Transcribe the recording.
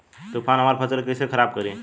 तूफान हमरे फसल के कइसे खराब करी?